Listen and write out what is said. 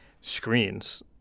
screens